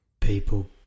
people